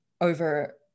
over